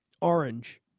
orange